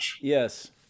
Yes